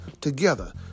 Together